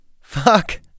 Fuck